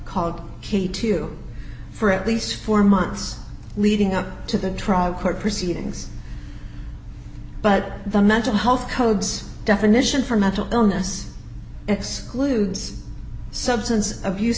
called key to you for at least four months leading up to the trial court proceedings but the mental health codes definition for mental illness excludes substance abuse